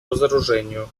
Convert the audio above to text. разоружению